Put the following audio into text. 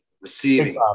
receiving